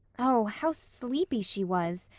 oh how sleepy she was!